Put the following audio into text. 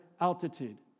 altitude